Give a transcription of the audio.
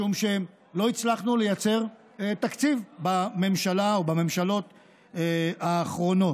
משום שלא הצלחנו לייצר תקציב בממשלה או בממשלות האחרונות.